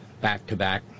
back-to-back